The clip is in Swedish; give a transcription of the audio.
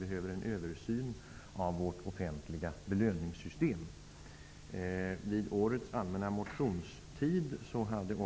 behövs en översyn av vårt offentliga belöningssystem. Vid årets allmänna motionstid hade